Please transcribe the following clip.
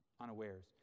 unawares